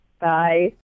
bye